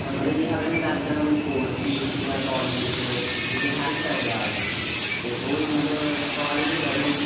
मतलब अगर मे गल्ल करां कोई कोर्सिस जां कालेज च जेह्के हैल्प करदे आर्टिस्ट ते ओह् ई मतलब कालेज दे बड़े